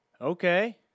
Okay